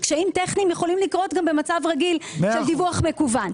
קשיים טכניים יכולים לקרות גם במצב רגיל של דיווח מקוון.